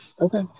Okay